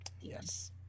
Yes